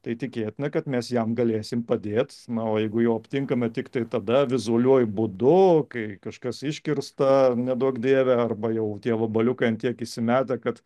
tai tikėtina kad mes jam galėsim padėt na o jeigu jau aptinkame tiktai tada vizualiuoju būdu kai kažkas iškirsta neduok dieve arba jau tie vabaliukai ant tiek įsimetę kad